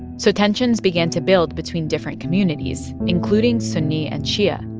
so tensions began to build between different communities, including sunni and shia,